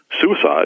suicide